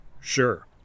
sure